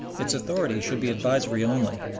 its authority should be advisory only,